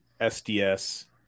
SDS